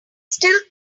still